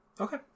Okay